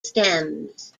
stems